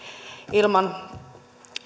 ilman